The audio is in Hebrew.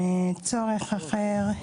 עם צורך אחר,